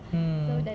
mm